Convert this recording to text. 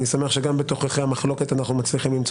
אני שמח שגם בתוככי המחלוקת אנחנו מצליחים למצוא